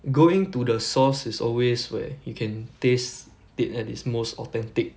going to the source is always where you can taste it at its most authentic